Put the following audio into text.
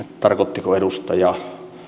tarkoittiko edustaja